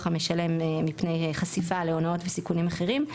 המשלם מפני חשיפה להונאות וסיכונים אחרים,